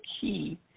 key